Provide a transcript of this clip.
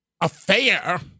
affair